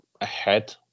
ahead